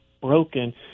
broken